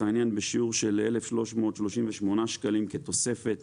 העניין בשיעור של 1,338 שקלים שניתן כתוספת